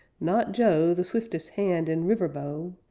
not joe, the swiftest hand in river bow!